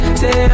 say